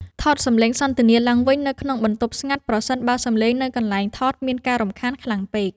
ថតសម្លេងសន្ទនាឡើងវិញនៅក្នុងបន្ទប់ស្ងាត់ប្រសិនបើសំឡេងនៅកន្លែងថតមានការរំខានខ្លាំងពេក។